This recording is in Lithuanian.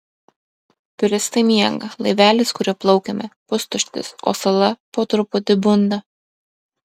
turistai miega laivelis kuriuo plaukėme pustuštis o sala po truputį bunda